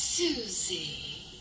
Susie